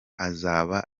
azaba